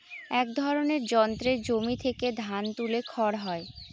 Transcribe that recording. এক ধরনের যন্ত্রে জমি থেকে ধান তুলে খড় হয়